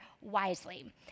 wisely